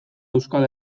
euskal